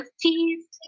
teased